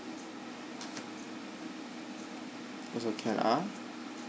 also can ah